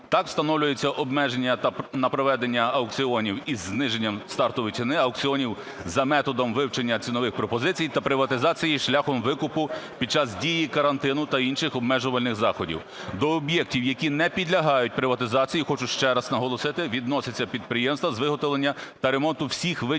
Так встановлюється обмеження на проведення аукціонів із зниженням стартової ціни, аукціонів за методом вивчення цінових пропозицій та приватизації шляхом викупу під час дії карантину та інших обмежувальних заходів. До об'єктів, які не підлягають приватизації, хочу ще раз наголосити, відносяться підприємства з виготовлення та ремонту всіх видів